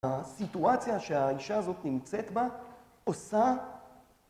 הסיטואציה שהאישה הזאת נמצאת בה, עושה...